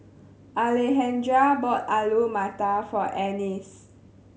Alejandra bought Alu Matar for Ennis